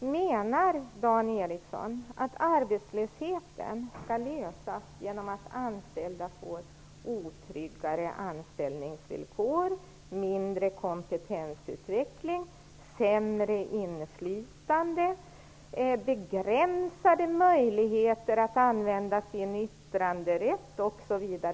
Menar Dan Ericsson att problemet med arbetslösheten skall lösas genom att anställda får otryggare anställningsvillkor, mindre kompetensutveckling, sämre inflytande, begränsade möjligheter att använda sin yttranderätt osv.?